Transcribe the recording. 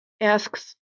asks